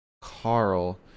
Carl